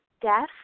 death